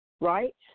right